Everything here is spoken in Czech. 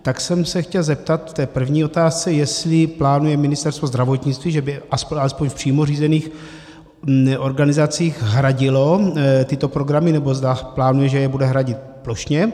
Tak jsem se chtěl zeptat v té první otázce, jestli plánuje Ministerstvo zdravotnictví, že by alespoň v přímo řízených organizacích hradilo tyto programy, nebo zda plánuje, že je bude hradit plošně.